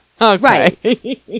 Right